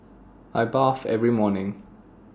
I bath every morning